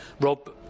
Rob